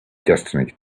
destiny